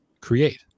create